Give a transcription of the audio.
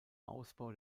ausbau